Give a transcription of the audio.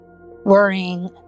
Worrying